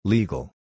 Legal